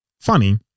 Funny